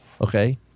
Okay